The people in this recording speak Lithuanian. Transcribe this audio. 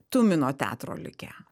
tumino teatro likę